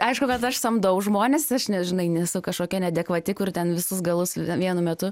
aišku kad aš samdau žmones aš ne žinai nesu kažkokia neadekvati kur ten visus galus vienu metu